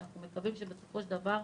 ואנחנו מקווים שבסופו של דבר,